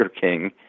King